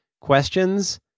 questions